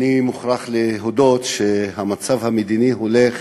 אני מוכרח להודות שהמצב המדיני הולך